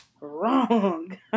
Wrong